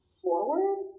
forward